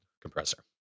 compressor